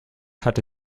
hatte